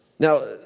Now